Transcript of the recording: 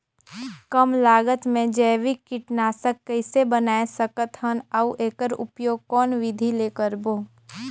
कम लागत मे जैविक कीटनाशक कइसे बनाय सकत हन अउ एकर उपयोग कौन विधि ले करबो?